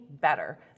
better